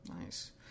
Nice